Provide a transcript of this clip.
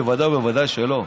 בוודאי ובוודאי שלא.